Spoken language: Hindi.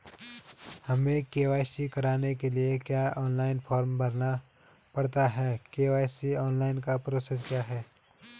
हमें के.वाई.सी कराने के लिए क्या ऑनलाइन फॉर्म भरना पड़ता है के.वाई.सी ऑनलाइन का प्रोसेस क्या है?